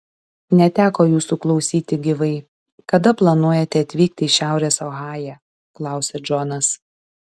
neteko jūsų klausyti gyvai kada planuojate atvykti į šiaurės ohają klausia džonas